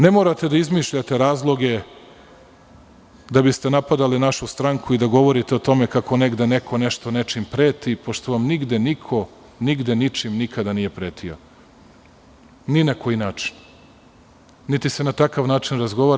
Ne morate da izmišljate razloge da biste napadali našu stranku i da govorite o tome kako negde neko nešto nečim preti, pošto vam nigde niko ničim nikada nije pretio, ni na koji način, niti se na takav način razgovara.